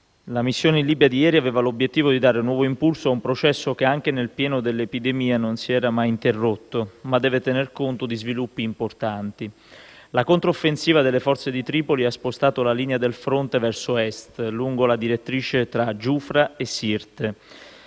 la missione in Libia di ieri aveva l'obiettivo di dare nuovo impulso a un processo che, anche nel pieno dell'epidemia, non si era mai interrotto, ma deve tener conto di sviluppi importanti. La controffensiva delle forze di Tripoli ha spostato la linea del fronte verso Est, lungo la direttrice tra Giufra e Sirte.